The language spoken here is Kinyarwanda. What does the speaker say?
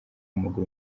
w’amaguru